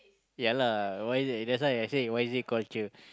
ya lah why is it that's why I said why it called cher